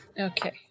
Okay